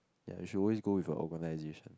ya you should always go with a organisation